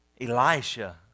Elisha